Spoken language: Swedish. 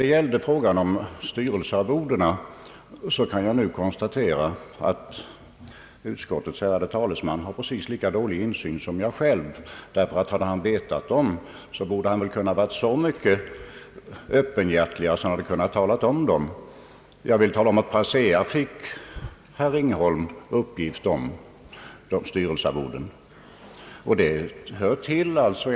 Beträffande frågan om styrelsearvodena konstaterar jag att utskottets ärade talesman har precis lika dålig insyn som jag själv. Hade han känt till deras storlek hade han väl kunnat vara så öppenhjärtig att han talat om dem. På ASEA fick herr Ringholm veta deras storlek.